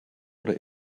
oder